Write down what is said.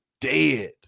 dead